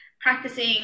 practicing